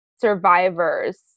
survivors